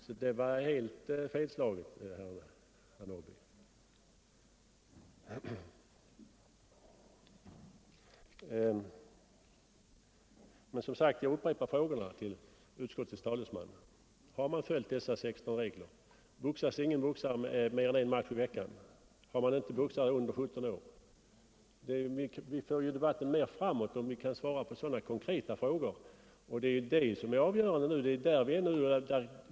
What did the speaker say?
Så det var helt missriktat, herr Norrby. Jag upprepar frågorna till utskottets talesman: Har man följt de 16 reglerna? Går ingen boxare mer än en match i veckan, har man inte boxare under 17 år? Vi för debatten mer framåt om vi kan svara på sådana konkreta frågor. Det är detta som är avgörande nu.